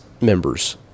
members